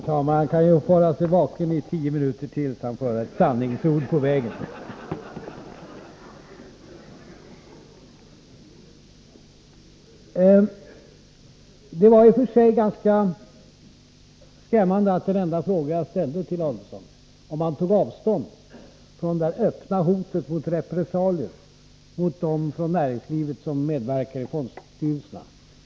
Herr talman! Om Adelsohn kan hålla sig vaken i tio minuter till, får han höra ett sanningens ord på vägen. Det var i och för sig ganska skrämmande att Adelsohn inte svarade på den enda fråga som jag ställde till honom: om han tog avstånd från det öppna hotet om repressalier mot dem inom näringslivet som medverkar i fondstyrelserna.